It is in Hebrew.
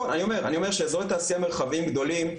אני אומר שאזורי תעשייה מרחביים גדולים,